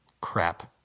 Crap